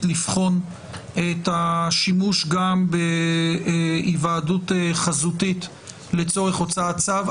לבחון את השימוש גם בהיוועדות חזותית לצורך הוצאת צו.